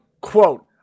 quote